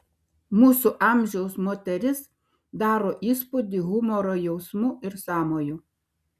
mūsų amžiaus moteris daro įspūdį humoro jausmu ir sąmoju